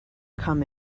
come